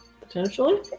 potentially